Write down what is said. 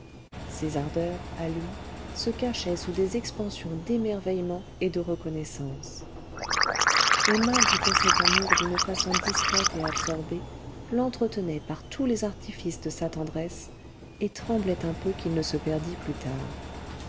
ses ardeurs à lui se cachaient sous des expansions d'émerveillement et de reconnaissance emma goûtait cet amour d'une façon discrète et absorbée l'entretenait par tous les artifices de sa tendresse et tremblait un peu qu'il ne se perdît plus tard